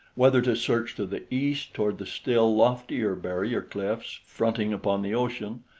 whether to search to the east toward the still loftier barrier-cliffs fronting upon the ocean,